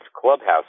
clubhouse